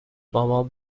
مامان